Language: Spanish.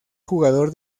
jugador